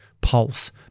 pulse